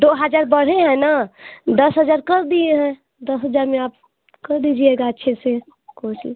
दो हज़ार बढ़े हैं ना दस हज़ार कर दिए हैं दस हज़ार में आप कर दीजिएगा अच्छे से कोशिश